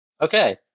Okay